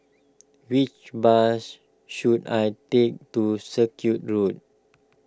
which bus should I take to Circuit Road